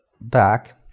back